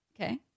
Okay